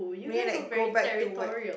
maybe like go back to where